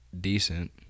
decent